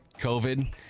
covid